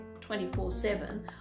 24-7